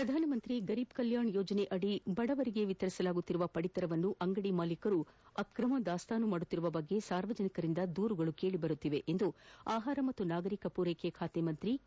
ಪ್ರಧಾನಮಂತ್ರಿ ಗರೀಬ್ ಕಲ್ಯಾಣ್ ಯೋಜನೆಯಡಿ ಬಡಜನರಿಗೆ ವಿತರಿಸಲಾಗುತ್ತಿರುವ ಪದಿತರವನ್ನು ಅಂಗದಿ ಮಾಲೀಕರು ಅಕ್ರಮ ದಾಸ್ತಾನು ಮಾಡುತ್ತಿರುವ ಕುರಿತು ಸಾರ್ವಜನಿಕರಿಂದ ದೂರುಗಳು ಕೇಳಿಬರುತ್ತಿವೆ ಎಂದು ಆಹಾರ ಮತ್ತು ನಾಗರಿಕ ಪೂರೈಕೆ ಸಚಿವ ಕೆ